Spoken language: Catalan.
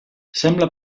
sembla